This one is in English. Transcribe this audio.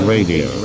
Radio